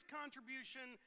contribution